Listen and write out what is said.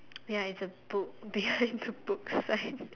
ya it's a book behind the book sign